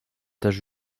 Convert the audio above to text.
też